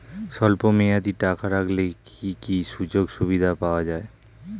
স্বল্পমেয়াদী টাকা রাখলে কি কি সুযোগ সুবিধা পাওয়া যাবে?